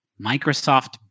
Microsoft